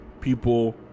people